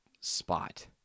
spot